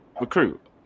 recruit